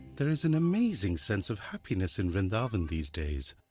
there is an amazing sense of happiness in vrindavan these days.